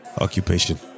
Occupation